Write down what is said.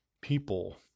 people